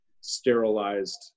sterilized